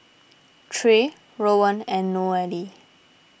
Trey Rowan and Nohely